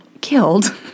killed